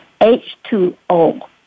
H2O